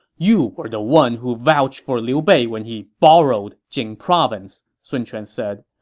you were the one who vouched for liu bei when he borrowed jing province, sun quan said.